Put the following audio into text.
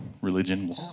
religion